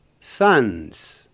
sons